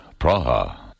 Praha